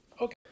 Okay